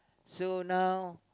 so now